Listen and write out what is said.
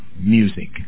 music